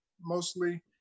mostly